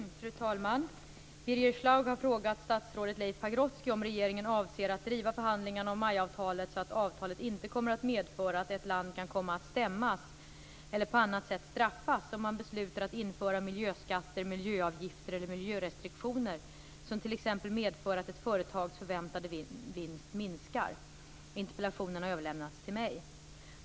Fru talman! Birger Schlaug har frågat statsrådet Leif Pagrotsky om regeringen avser att driva förhandlingarna om MAI-avtalet så att avtalet inte kommer att medföra att ett land kan komma att stämmas eller på annat sätt straffas om man beslutar att införa miljöskatter, miljöavgifter eller miljörestriktioner som t.ex. medför att ett företags förväntade vinst minskar. Interpellationen har överlämnats till mig.